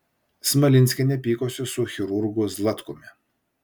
smalinskienė pykosi su chirurgu zlatkumi